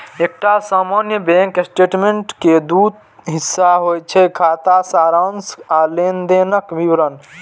एकटा सामान्य bank statement के दू हिस्सा होइ छै, खाता सारांश आ लेनदेनक विवरण